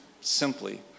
simply